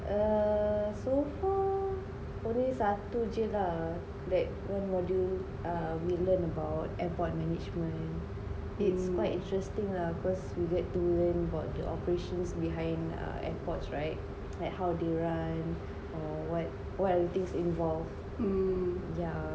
err so far only satu je lah like one module err we learn about airport management it's quite interesting lah cause you get to learn about the operations behind a airports right like how the run or what what other things involved yeah